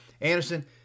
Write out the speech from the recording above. Anderson